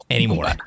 Anymore